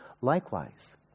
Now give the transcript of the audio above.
Likewise